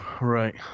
Right